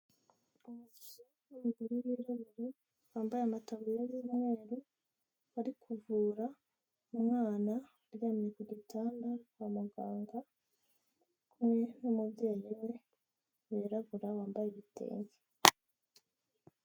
urururi rwe wambaye amatabu y'umweru ari kuvura umwana aryamye ku gitanda kwa muganga hamwe n' umubyeyi we wirabura wambaye ibitenge